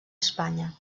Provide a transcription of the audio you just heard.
espanya